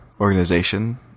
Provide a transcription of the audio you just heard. organization